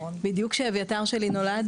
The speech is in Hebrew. בדיוק כשאביתר שלי נולד.